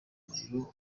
muriro